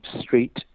street